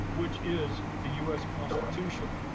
which is the us constitution.